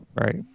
Right